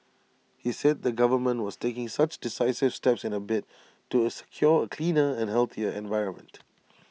he said the government was taking such decisive steps in A bid to A secure A cleaner and healthier environment